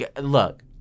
look